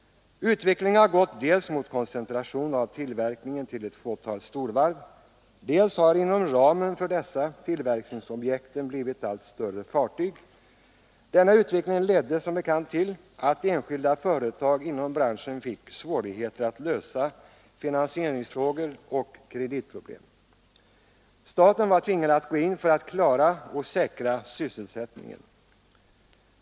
Utvecklingen har gått mot koncentration av tillverkningen till ett fåtal storvarv, och inom ramen för dessa har tillverkningsobjekten blivit allt större fartyg. Denna utveckling ledde till att enskilda företag inom branschen fick svårigheter att lösa finansieringsfrågor och kreditproblem. Staten blev tvingad att gå in för att klara och säkra sysselsättningen.